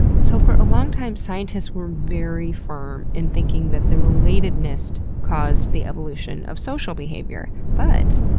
so for a long time, scientists were very firm in thinking that the relatedness caused the evolution of social behavior. but.